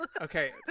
Okay